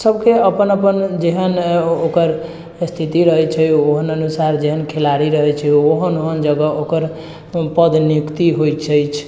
सभके अपन अपन जेहन ओकर स्थिति रहै छै ओहेन अनुसार जेहन खेलाड़ी रहै छै ओहन ओहन जगह ओकर पद नियुक्ति होइ छै